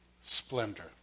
splendor